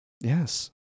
Yes